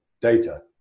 data